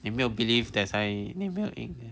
你没有 believe thats why you never win